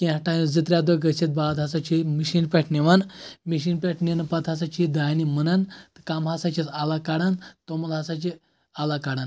کیٚنٛہہ ٹایم زٕ ترٛےٚ دوہ گٔژِھتھ باد ہسا چھِ یہِ مِشیٖن پٮ۪ٹھ نِوان مِشیٖن پٮ۪ٹھ نِنہٕ پَتہٕ ہسا چھِ یہِ دانہِ مُنان تہٕ کوٚم ہسا چھِس اَلگ کڑان تہٕ تومُل ہسا چھِ لگ کَڑان